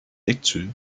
lectures